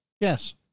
Yes